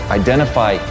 identify